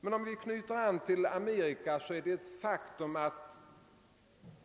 Men låt mig knyta an till hans tidigare tal om de amerikanska förhållandena.